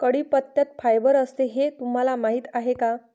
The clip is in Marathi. कढीपत्त्यात फायबर असते हे तुम्हाला माहीत आहे का?